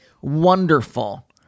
wonderful